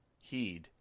Heed